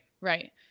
right